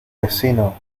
vecino